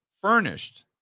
furnished